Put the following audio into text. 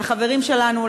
לחברים שלנו,